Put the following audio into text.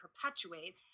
perpetuate